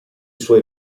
suoi